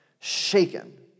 Shaken